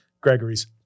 Gregory's